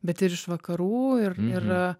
bet ir iš vakarų ir ir